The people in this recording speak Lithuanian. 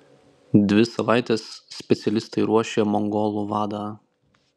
dvi savaites specialistai ruošė mongolų vadą